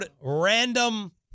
random